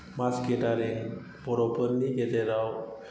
मास गेदारिं बर'फोरनि गेजेराव